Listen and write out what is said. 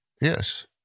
yes